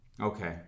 Okay